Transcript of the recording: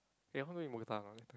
eh want eat Mookata or not later